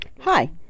Hi